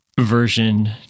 version